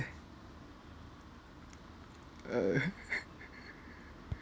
err